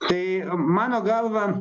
tai mano galva